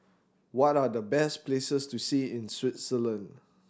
what are the best places to see in Switzerland